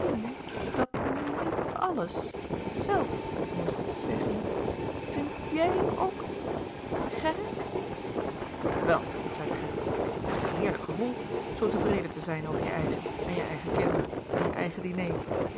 dat nu niet àlles zèlf moest zèggen vindt j i j ok niet gerrit wel zeide gerrit het is een heerlijk gevoel zoo tevreden te zijn over je eigen en je eigen kinderen en je eigen diner